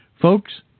Folks